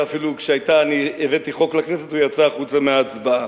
ואפילו כשהבאתי חוק לכנסת הוא יצא החוצה מההצבעה.